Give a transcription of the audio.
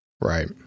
Right